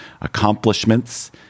accomplishments